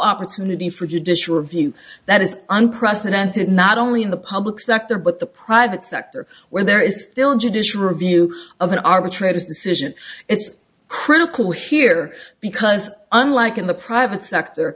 opportunity for judicial review that is unprecedented not only in the public sector but the private sector where there is still judicial review of an arbitrator's decision it's critical here because unlike in the private sector